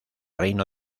reino